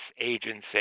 Agency